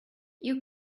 you